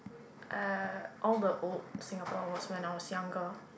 uh all the old Singapore was when I was younger